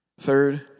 Third